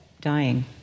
dying